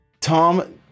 Tom